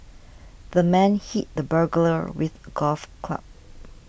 the man hit the burglar with a golf club